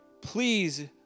Please